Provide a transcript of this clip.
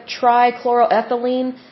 trichloroethylene